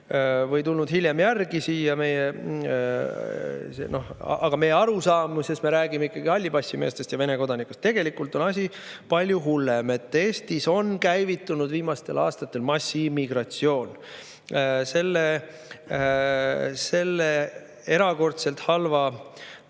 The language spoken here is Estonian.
on tulnud hiljem siia järgi. Aga meie arusaam on see, et me räägime ikkagi hallipassimeestest ja Vene kodanikest. Tegelikult on asi palju hullem. Eestis on käivitunud viimastel aastatel massiimmigratsioon. Selle erakordselt halva